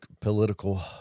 political